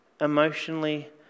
emotionally